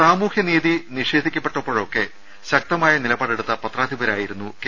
സാമൂഹ്യനീതി നിഷേധിക്കപ്പെട്ടപ്പോഴൊക്കെ ശക്തമായ നിലപാടെടുത്ത പത്രാധിപ്രായിരുന്നു കെ